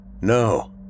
No